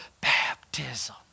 Baptism